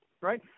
right